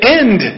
end